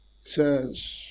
says